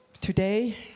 today